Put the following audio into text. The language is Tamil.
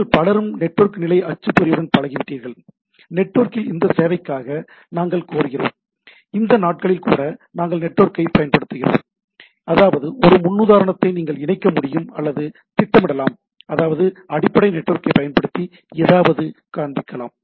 நீங்கள் பலரும் நெட்வொர்க் நிலை அச்சுப்பொறியுடன் பழகிவிட்டீர்கள் நெட்வொர்க்கில் இந்த சேவைக்காக நாங்கள் கோருகிறோம் இந்த நாட்களில் கூட நாங்கள் நெட்வொர்க்கைப் பயன்படுத்துகிறோம் அதாவது ஒரு முன்னுதாரணத்தை நீங்கள் இணைக்க முடியும் அல்லது திட்டமிடலாம் அதாவது அடிப்படை நெட்வொர்க்கைப் பயன்படுத்தி எதையாவது காண்பிக்கலாம்